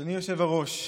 אדוני היושב-ראש,